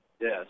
Yes